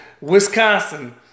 Wisconsin